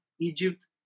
Egypt